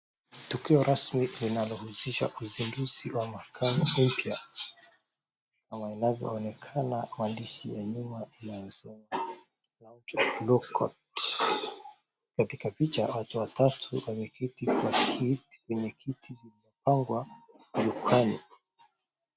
Tukio rasmi linalohusisha uzinduzi wa makame mpya kama inavyoonekna maandishi ya nyuma iansema launch of law courts .Ktaika picha watu watatu wameketi kwenye kiti zimepangwa jukwani.